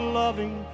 loving